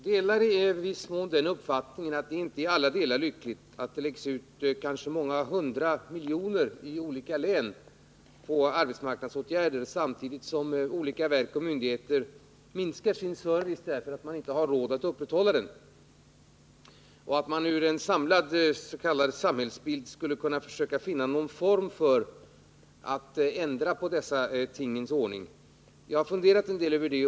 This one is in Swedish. Herr talman! Jag delar i viss mån uppfattningen att det inte i alla delar är lyckligt att det läggs ned kanske många hundra miljoner i olika län på arbetsmarknadsåtgärder, samtidigt som olika verk och myndigheter minskar sin service därför att man inte har råd att upprätthålla den. I stället borde man kanske göra en mer samlad samhällelig bedömning och försöka finna en form för att ändra på denna tingens ordning. Jag har funderat en del över detta.